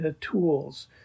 tools